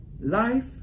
life